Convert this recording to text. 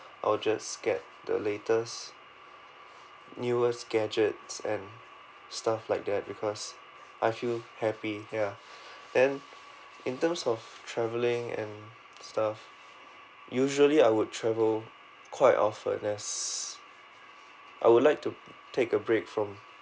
I'll just get the latest newest gadgets and stuff like that because I feel happy ya then in terms of travelling and stuff usually I would travel quite often as I would like to take a break from